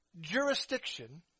jurisdiction